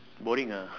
boring ah